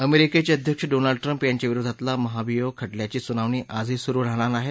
अमेरिकेचे अध्यक्ष् Donald Trump यांच्या विरोधात महाभियोग खटल्याची सुनावणी आजही सुरु राहणार आहे